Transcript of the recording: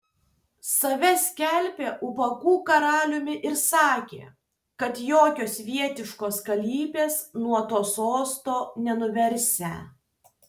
save skelbė ubagų karaliumi ir sakė kad jokios svietiškos galybės nuo to sosto nenuversią